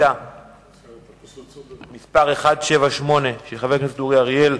שאילתא מס' 178, של חבר הכנסת אורי אריאל,